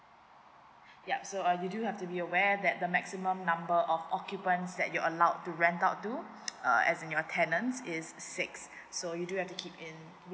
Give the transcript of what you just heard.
ya so uh you do have to be aware that the maximum number of occupants that you're allowed to rent out to uh as in your tenant is six so you do have to keep in